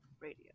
Radio